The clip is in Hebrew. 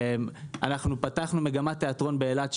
בשנת 2015 אנחנו פתחנו מגמת תיאטרון באילת,